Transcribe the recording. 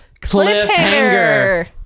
cliffhanger